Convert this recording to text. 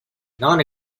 non